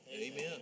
Amen